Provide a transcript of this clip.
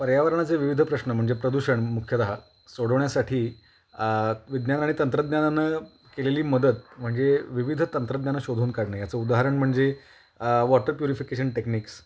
पर्यावरणाचे विविध प्रश्न म्हणजे प्रदूषण मुख्यतः सोडवण्यासाठी विज्ञान आणि तंत्रज्ञानानं केलेली मदत म्हणजे विविध तंत्रज्ञानं शोधून काढणे याचं उदाहरण म्हणजे वॉटर प्युरिफिकेशन टेक्निक्स